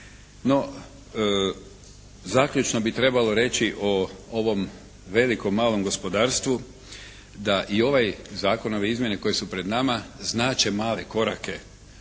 No zaključno bi trebalo reći o ovom velikom malom gospodarstvu da i ovaj zakon, ove izmjene koje su pred nama znače male korake,